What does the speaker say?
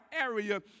area